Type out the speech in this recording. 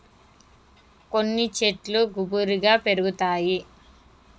కొన్ని శెట్లు గుబురుగా పెరుగుతాయి